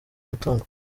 umutungo